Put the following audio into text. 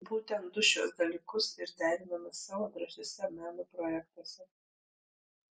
būtent du šiuos dalykus ir deriname savo drąsiuose meno projektuose